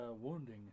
wounding